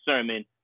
Sermon